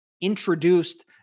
introduced